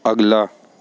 अगला